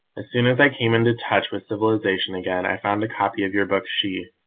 as soon as i came into touch with civilization again i found a copy of your book she,